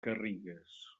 garrigues